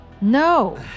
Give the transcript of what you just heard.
No